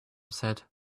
said